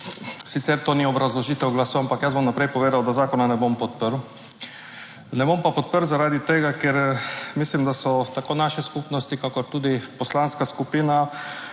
Sicer to ni obrazložitev glasu, ampak jaz bom vnaprej povedal, da zakona ne bom podprl. Ne bom pa podprl zaradi tega, ker mislim, da so tako naše skupnosti kakor tudi Poslanska skupina,